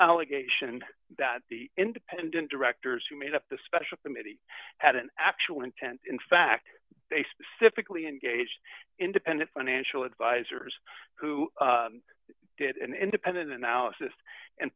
allegation that the independent directors who made up the special committee had an actual intent in fact they specifically engaged independent financial advisers who did an independent analysis and